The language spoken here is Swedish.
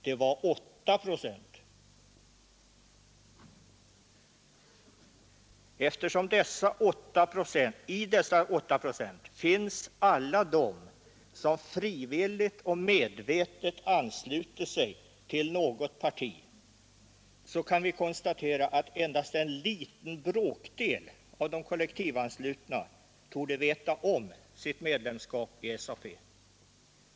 Det var 8 procent. Eftersom i dessa 8 procent finns alla de som frivilligt och medvetet anslutit sig till något parti, så kan vi konstatera att endast en liten bråkdel kollektivanslutna torde veta om sitt medlemskap i SAP.